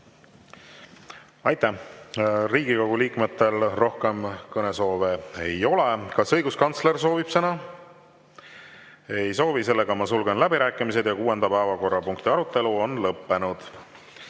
Aitäh! Riigikogu liikmetel rohkem kõnesoove ei ole. Kas õiguskantsler soovib sõna? Ei soovi. Sulgen läbirääkimised. Kuuenda päevakorrapunkti arutelu on lõppenud.